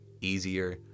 easier